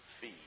Feed